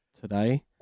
today